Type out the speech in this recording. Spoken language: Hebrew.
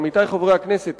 עמיתי חברי הכנסת,